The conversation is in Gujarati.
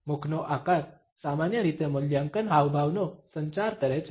મુખનો આકાર સામાન્ય રીતે મૂલ્યાંકન હાવભાવનો સંચાર કરે છે